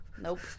nope